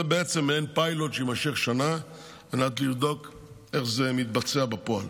זה בעצם מעין פיילוט שיימשך שנה על מנת לבדוק איך זה מתבצע בפועל.